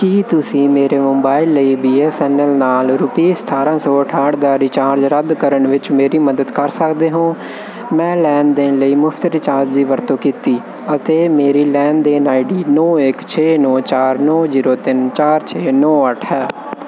ਕੀ ਤੁਸੀਂ ਮੇਰੇ ਮੋਬਾਈਲ ਲਈ ਬੀ ਐੱਸ ਐੱਨ ਐੱਲ ਨਾਲ ਰੁਪਈਸ ਸਤਾਰ੍ਹਾਂ ਸੌ ਅਠਾਹਠ ਦਾ ਰੀਚਾਰਜ ਰੱਦ ਕਰਨ ਵਿੱਚ ਮੇਰੀ ਮਦਦ ਕਰ ਸਕਦੇ ਹੋ ਮੈਂ ਲੈਣ ਦੇਣ ਲਈ ਮੁਫ਼ਤ ਰੀਚਾਰਜ ਦੀ ਵਰਤੋਂ ਕੀਤੀ ਅਤੇ ਮੇਰੀ ਲੈਣ ਦੇਣ ਆਈਡੀ ਨੌਂ ਇੱਕ ਛੇ ਨੌਂ ਚਾਰ ਨੌਂ ਜ਼ੀਰੋ ਤਿੰਨ ਚਾਰ ਛੇ ਨੌਂ ਅੱਠ ਹੈ